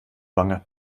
wange